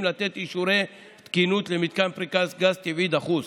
לתת אישורי תקינות למתקן לפריקת גז טבעי דחוס.